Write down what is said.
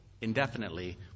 indefinitely